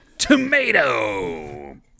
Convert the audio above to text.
tomato